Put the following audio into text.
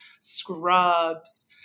scrubs